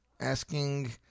asking